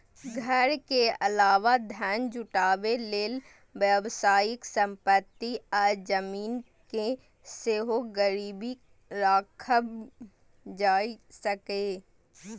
घर के अलावा धन जुटाबै लेल व्यावसायिक संपत्ति आ जमीन कें सेहो गिरबी राखल जा सकैए